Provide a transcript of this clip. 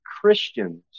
Christians